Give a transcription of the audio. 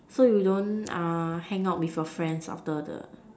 so you don't uh hang with your friends after the